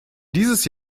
dieses